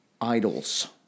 idols